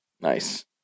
Nice